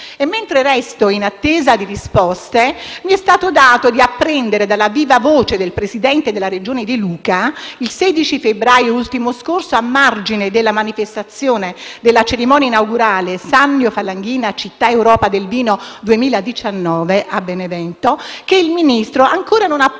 Mentre resto in attesa di risposte, mi è stato dato di apprendere dalla viva voce del presidente della Regione De Luca, il 16 febbraio ultimo scorso, a margine della manifestazione della cerimonia inaugurale «Sannio Falanghina, Città Europea del vino 2019», a Benevento, che il Ministro ancora non approva